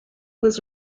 was